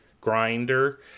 grinder